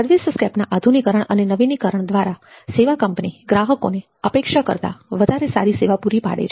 સર્વિસસ્કેપના આધુનિકરણ અને નવીનીકરણ દ્વારા સેવા કંપની ગ્રાહકોને અપેક્ષા કરતાં વધારે સારી સેવા પૂરી પાડે છે